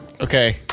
Okay